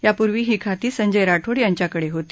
यापूर्वी ही खाती संजय राठोड यांच्याकडे होती